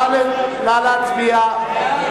נא להצביע.